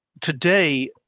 today